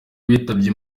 bitabye